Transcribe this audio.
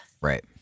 right